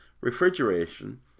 refrigeration